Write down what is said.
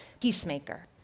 peacemaker